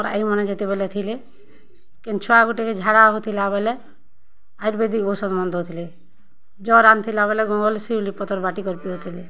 ଇ ମାନେ ଯେତେବେଲେ ଥିଲେ କେନ୍ ଛୁଆ ଗୁଟେକେ ଝାଡ଼ା ହେଉଥିଲା ବେଲେ ଆୟୁର୍ବେଦିକ୍ ଔଷଧ୍ ମାନ୍ ଦେଉଥିଲେ ଜର୍ ଆନୁଥିଲା ବେଲେ ଗଙ୍ଗଶିଉଲି ପତର୍ ବାଟିକରି ପିଉଥିଲେ